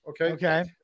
Okay